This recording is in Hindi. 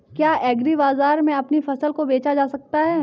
क्या एग्रीबाजार में अपनी फसल को बेचा जा सकता है?